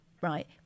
right